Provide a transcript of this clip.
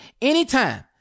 anytime